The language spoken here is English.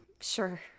Sure